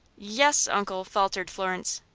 yes, uncle, faltered florence.